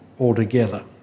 altogether